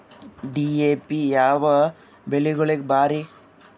DAP ಯಾವ ಬೆಳಿಗೊಳಿಗ ಭಾರಿ?